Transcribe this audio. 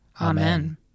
Amen